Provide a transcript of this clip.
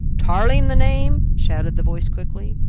tarling the name? shouted the voice quickly.